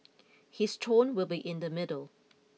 his tone will be in the middle